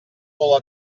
molt